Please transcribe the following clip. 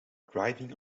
driving